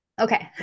Okay